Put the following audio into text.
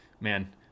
Man